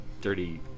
dirty